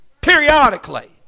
Periodically